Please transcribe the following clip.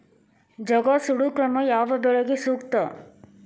ಜಗಾ ಸುಡು ಕ್ರಮ ಯಾವ ಬೆಳಿಗೆ ಸೂಕ್ತ?